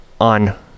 on